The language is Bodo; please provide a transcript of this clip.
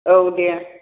औ दे